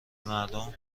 مردم